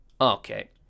Okay